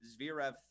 Zverev